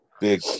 Big